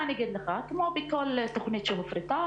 כמו כל תוכנית שהופרטה,